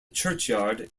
churchyard